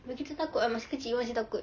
abeh kita takut ah masih kecil masih takut